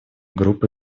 группы